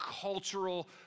cultural